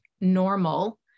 normal